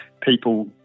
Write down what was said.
people